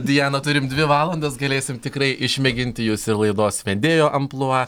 diana turim dvi valandas galėsim tikrai išmėginti jus ir laido vedėjo amplua